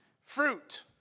fruit